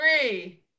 three